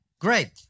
Great